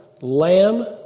lamb